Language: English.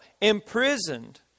imprisoned